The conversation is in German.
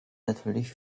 natürlich